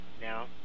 now